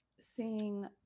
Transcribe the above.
seeing